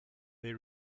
they